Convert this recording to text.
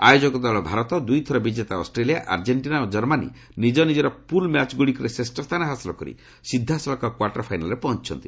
ଆୟୋଜକ ଦଳ ଭାରତ ଦୁଇଥର ବିଜେତା ଅଷ୍ଟ୍ରେଲିଆ ଆର୍ଜେଷ୍ଟିନା ଓ ଜର୍ମାନୀ ନିଜ ନିଜର ପୁଲ୍ ମ୍ୟାଚ୍ଗୁଡ଼ିକରେ ଶ୍ରେଷସ୍ଥାନ ହାସଲ କରି ସିଧାସଳଖ କ୍ୱାର୍ଟର ଫାଇନାଲ୍ରେ ପହଞ୍ଚୁଛନ୍ତି